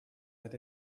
that